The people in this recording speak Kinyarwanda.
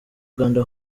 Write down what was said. uganda